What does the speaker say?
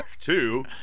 two